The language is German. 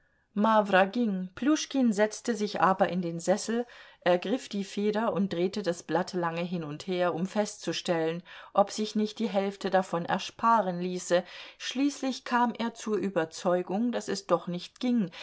pljuschkin setzte sich aber in den sessel ergriff die feder und drehte das blatt lange hin und her um festzustellen ob sich nicht die hälfte davon ersparen ließe schließlich kam er zur überzeugung daß es doch nicht ging